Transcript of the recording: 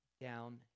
down